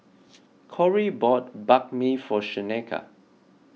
Corey bought Banh Mi for Shaneka